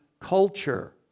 culture